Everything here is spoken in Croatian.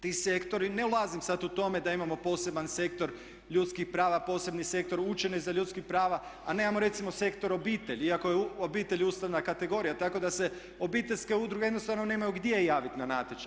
Ti sektori, ne ulazim sad u tome da imamo poseban sektor ljudskih prava, posebni sektor … za ljudskih prava, a nemamo recimo sektor obitelj iako je obitelj ustavna kategorija, tako da se obiteljske udruge jednostavno nemaju gdje javiti na natječaj.